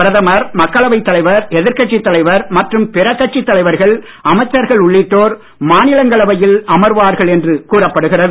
பிரதமர் மக்களவை தலைவர் எதிர்கட்சி தலைவர் மற்றும் பிற கட்சித் தலைவர்கள் அமைச்சர்கள் உள்ளிட்டோர் மாநிலங்களவையில் அமர்வார்கள் என்று கூறப்படுகிறது